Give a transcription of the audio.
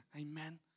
Amen